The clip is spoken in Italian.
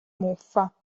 muffa